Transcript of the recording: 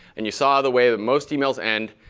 and you saw the way that most emails end,